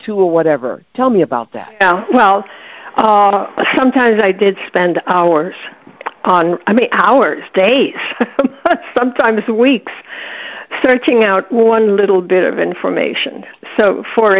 two or whatever tell me about that well sometimes i did spend hours on i mean hours days sometimes weeks searching out one little bit of information so for